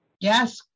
Yes